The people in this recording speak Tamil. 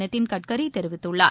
நிதின் கட்கரிதெரிவித்துள்ளார்